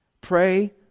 pray